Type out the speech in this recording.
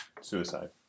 suicide